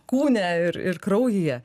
kūne ir ir kraujyje